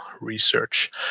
research